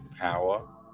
power